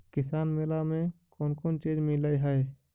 किसान मेला मे कोन कोन चिज मिलै है?